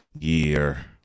year